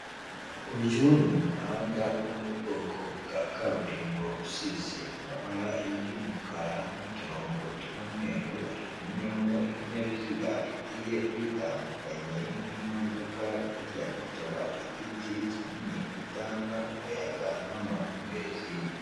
Uyu ni umuhanda wo mu bwoko bwa kaburimbo usize amabara y'umukara n'uturongo tw'umweru hari kunyuramo ibinyabiziga bigiye bitandukanye nk'imodoka hirya gato hari igiti kinini gitanga umuyaga n'amahumbezi.